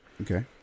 Okay